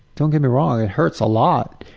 don't get me wrong, it hurts a lot.